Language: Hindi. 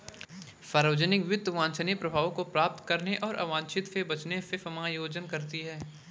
सार्वजनिक वित्त वांछनीय प्रभावों को प्राप्त करने और अवांछित से बचने से समायोजन करती है